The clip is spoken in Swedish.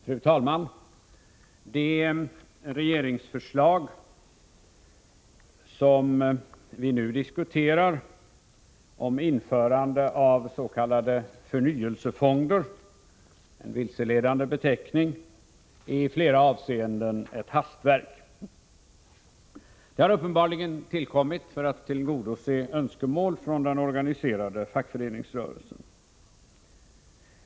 Fru talman! Det regeringsförslag om införande av s.k. förnyelsefonder — en vilseledande beteckning — som vi nu diskuterar är i flera avseenden ett hastverk. Det har uppenbarligen tillkommit för att man vill tillgodose önskemål från den organiserade fackföreningsrörelsen.